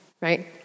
right